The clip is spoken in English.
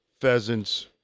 pheasants